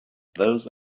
those